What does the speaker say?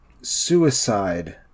suicide